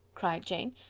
cried jane,